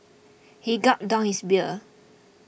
he gulped down his beer